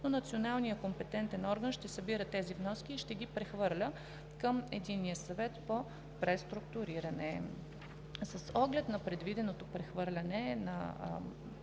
но националният компетентен орган ще събира тези вноски и ще ги прехвърля към Единния съвет по преструктуриране. С оглед на предвиденото прехвърляне на